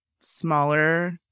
smaller